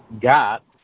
got